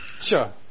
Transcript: sure